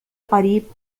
قريب